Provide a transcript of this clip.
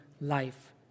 life